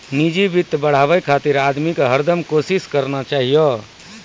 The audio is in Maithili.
निजी वित्त बढ़ाबे खातिर आदमी के हरदम कोसिस करना चाहियो